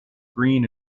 green